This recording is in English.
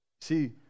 See